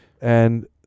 And-